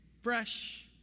Fresh